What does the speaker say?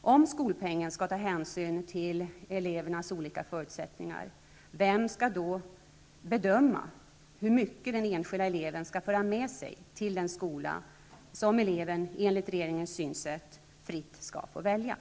Om skolpengen skall ta hänsyn till elevernas olika förutsättningar, vem skall då bedöma hur mycket den enskilda eleven skall föra med sig till den skola som eleven, enligt regeringens synsätt, fritt skall få välja?